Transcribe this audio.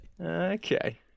Okay